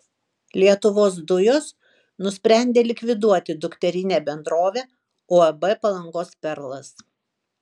lietuvos dujos nusprendė likviduoti dukterinę bendrovę uab palangos perlas